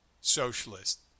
socialist